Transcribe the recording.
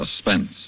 Suspense